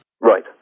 Right